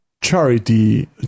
charity